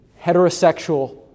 heterosexual